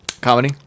Comedy